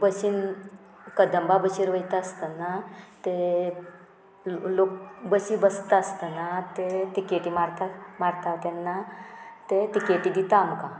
बशीन कदंबा बशीन वयता आसतना ते लोक बशी बसता आसतना ते तिकेटी मारता मारता तेन्ना ते तिकेटी दिता आमकां